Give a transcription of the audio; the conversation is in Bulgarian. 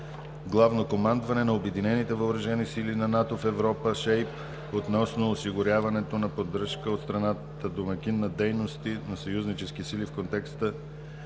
главно командване на Обединените въоръжени сили на НАТО в Европа (SHAPE) относно осигуряването на поддръжка от страната-домакин на дейности на съюзнически сили в контекста